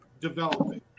developing